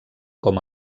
com